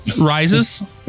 Rises